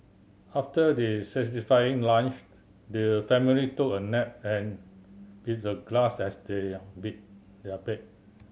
after they satisfying lunch their family took a nap and with the grass as they their bed